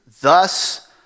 Thus